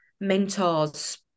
mentors